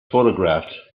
photographed